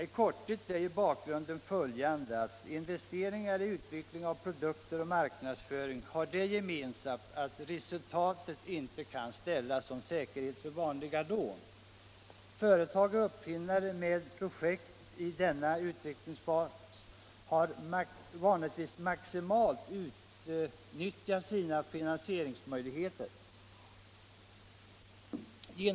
I korthet är bakgrunden den att investeringar i utveckling av produkter och i marknadsföring har det gemensamt att resultatet inte kan ställas som säkerhet för vanliga lån. Företag och uppfinnare med projekt i denna utvecklingsfas har vanligtvis maximalt utnyttjat sina finansieringsmöjligheter.